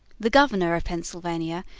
the governor of pennsylvania,